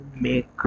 make